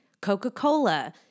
Coca-Cola